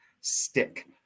stick